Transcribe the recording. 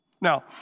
Now